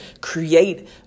create